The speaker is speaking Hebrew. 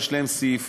יש להן סעיפים,